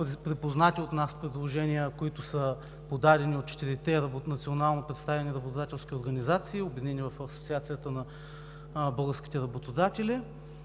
припознати от нас, които са подадени от четирите национално представени работодателски организации, обединени в Асоциацията на българските работодатели.